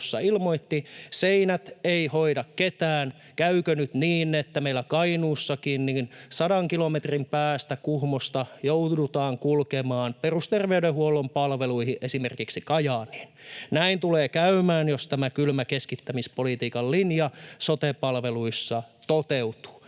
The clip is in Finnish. jo ilmoitti, seinät eivät hoida ketään. Käykö nyt niin, että meillä Kainuussakin joudutaan Kuhmosta sadan kilometrin päästä kulkemaan perusterveydenhuollon palveluihin esimerkiksi Kajaaniin? Näin tulee käymään, jos tämä kylmä keskittämispolitiikan linja sote-palveluissa toteutuu.